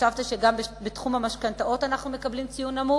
חשבתם שגם בתחום המשכנתאות אנחנו מקבלים ציון נמוך?